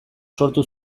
sortu